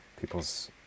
people's